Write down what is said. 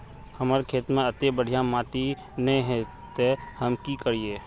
हमर खेत में अत्ते बढ़िया माटी ने है ते हम की करिए?